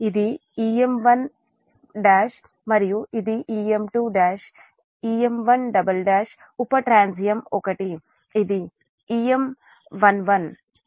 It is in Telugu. ఇది Em11మరియు ఇది Em21 Em111ఉపట్రాన్సియం ఒకటి ఇది Em211